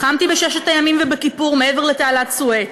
לחמתי בששת הימים ובכיפור מעבר לתעלת סואץ.